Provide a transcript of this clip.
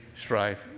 strife